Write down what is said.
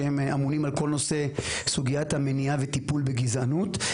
שהם אמונים על כל נושא סוגיית המניעה והטיפול בגזענות.